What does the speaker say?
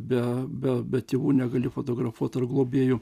be be tėvų negali fotografuot ar globėjų